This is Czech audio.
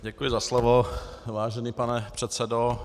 Děkuji za slovo, vážený pane předsedo.